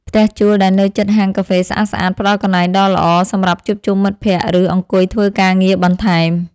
ផ្ទះជួលដែលនៅជិតហាងកាហ្វេស្អាតៗផ្តល់កន្លែងដ៏ល្អសម្រាប់ជួបជុំមិត្តភក្តិឬអង្គុយធ្វើការងារបន្ថែម។